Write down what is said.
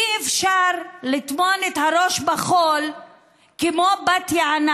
אי-אפשר לטמון את הראש חול כמו בת יענה